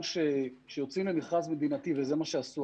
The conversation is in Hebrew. שכשיוצאים למכרז מדינתי וזה מה שעשו,